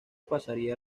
pasaría